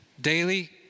Daily